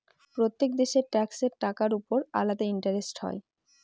প্রত্যেক দেশের ট্যাক্সের টাকার উপর আলাদা ইন্টারেস্ট হয়